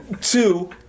two